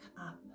up